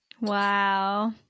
Wow